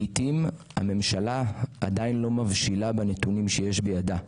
לעתים הממשלה עדיין לא מבשילה בנתונים שיש בידה.